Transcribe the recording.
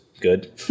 good